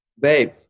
babe